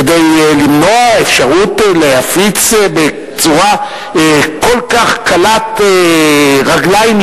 כדי למנוע אפשרות להפיץ בצורה כל כך קלת-רגליים,